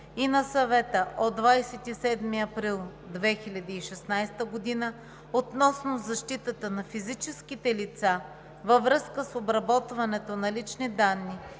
и на Съвета от 27 април 2016 г. относно защитата на физическите лица във връзка с обработването на лични данни